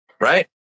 Right